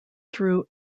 through